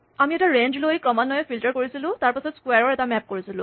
আমি এটা ৰেঞ্জ লৈ ক্ৰমান্বয়ে ফিল্টাৰ কৰিছিলোঁ তাৰপাছত ক্সোৱাৰ ৰ এটা মেপ কৰিছিলোঁ